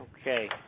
Okay